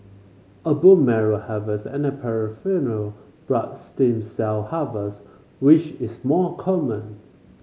a bone marrow harvest and peripheral blood stem cell harvest which is more common